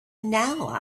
now